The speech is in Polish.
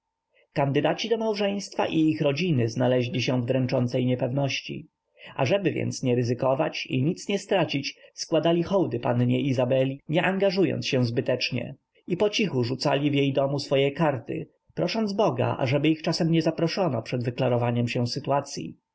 kandydaci do małżeństwa i ich rodziny znaleźli się w dręczącej niepewności ażeby więc nic nie ryzykować i nic nie stracić składali hołdy pannie izabeli nie angażując się zbytecznie i pocichu rzucali w jej domu swoje karty prosząc boga ażeby ich czasem nie zaproszono przed wyklarowaniem się sytuacyi